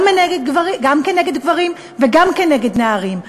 וגם נגד גברים וגם נגד נשים,